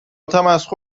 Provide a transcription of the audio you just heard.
تمسخر